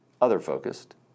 other-focused